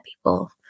people